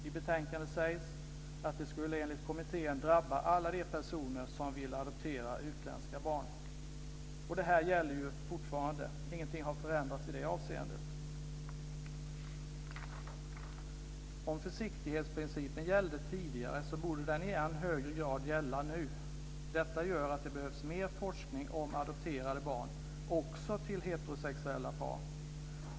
I betänkandet sägs att det enligt kommittén skulle drabba alla de personer som vill adoptera utländska barn. Det här gäller ju fortfarande. Ingenting har förändrats i det avseendet. Om försiktighetsprincipen gällde tidigare så borde den i än högre grad gälla nu. Detta gör att det behövs mer forskning om adopterade barn också till heterosexuella par.